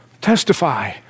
testify